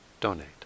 donate